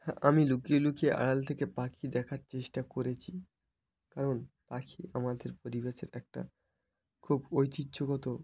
হ্যাঁ আমি লুকিয়ে লুকিয়ে আড়াল থেকে পাখি দেখার চেষ্টা করেছি কারণ পাখি আমাদের পরিবেশের একটা খুব ঐতিহ্যগত